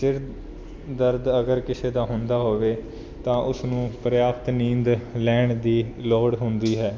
ਸਿਰ ਦਰਦ ਅਗਰ ਕਿਸੇ ਦਾ ਹੁੰਦਾ ਹੋਵੇ ਤਾਂ ਉਸਨੂੰ ਪ੍ਰਿਆਪਤ ਨੀਂਦ ਲੈਣ ਦੀ ਲੋੜ ਹੁੰਦੀ ਹੈ